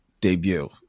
debut